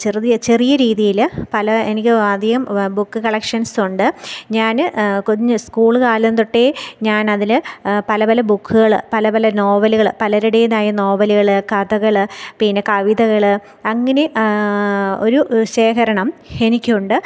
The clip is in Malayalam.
ചെറിയ ചെറിയ രീതിയിൽ പല എനിക്ക് അധികം ബുക്ക് കളക്ഷൻസ് ഉണ്ട് ഞാൻ കുഞ്ഞ് സ്കൂൾ കാലം തൊട്ടേ ഞാനതിൽ പല പല ബുക്കുകൾ പല പല നോവലുകൾ പലരുടേതായ നോവലുകൾ കഥകൾ പിന്നെ കവിതകൾ അങ്ങനെ ഒരു ശേഖരണം എനിക്കുണ്ട്